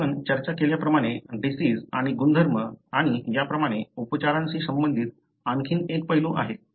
आपण चर्चा केल्याप्रमाणे डिसिज आणि गुणधर्म आणि याप्रमाणे उपचारांशी संबंधित आणखी एक पैलू आहे